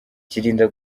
kirinda